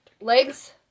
Legs